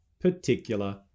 particular